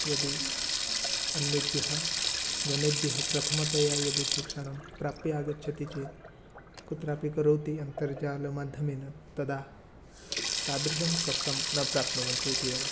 यदि अन्येभ्यः जनेभ्यः प्रथमतया यदि शिक्षणं प्राप्यागच्छति चेत् कुत्रापि करोति अन्तर्जालमाध्यमेन तदा तादृशं कष्टं न प्राप्नुवन्ति इति एव